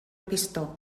pistó